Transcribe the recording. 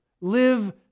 live